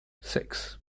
six